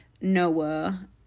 Noah